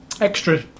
extra